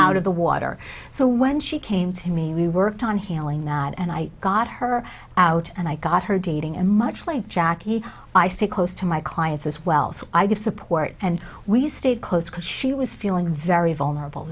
out of the water so when she came to me we worked on healing not and i got her out and i got her dating and much like jackie i stay close to my clients as well so i did support and we stayed close because she was feeling very vulnerable